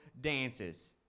dances